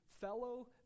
fellow